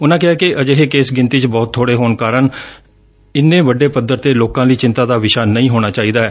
ਉਨ਼ਾਂ ਕਿਹਾ ਕਿ ਅਜਿਹੇ ਕੇਸ ਗਿਣਤੀ ਚ ਬਹੁਤ ਬੋੜੇ ਹੋਣ ਕਾਰਨ ਇੰਨੇ ਵੱਡੇ ਪੱਧਰ ਤੇ ਲੋਕਾ ਲਈ ਚਿੰਤਾ ਦਾ ਵਿਸ਼ਾ ਨਹੀ ਹੋਣਾ ਚਾਹੀਦੈ